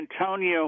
Antonio